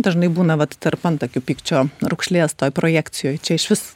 dažnai būna vat tarp antakių pykčio raukšlės toj projekcijoj čia išvis